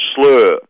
slur